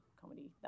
comedy